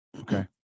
okay